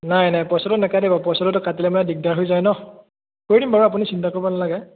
নাই নাই পইচাটো নাকাটিব পইচাটোতো কাটিলে মানে দিগদাৰ হৈ যায় ন কৰি দিম বাৰু আপুনি চিন্তা কৰিব নালাগে